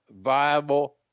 viable